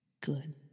Good